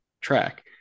track